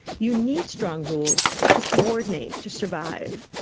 you need strong rules to coordinate to survive.